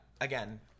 again